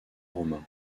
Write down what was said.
romain